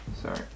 Sorry